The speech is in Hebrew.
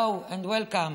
Hello and welcome,